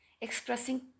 Expressing